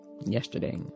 yesterday